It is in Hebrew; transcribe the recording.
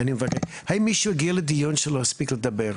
האם מישהו הגיע לדיון ולא הספיק לדבר?